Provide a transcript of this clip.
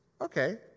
Okay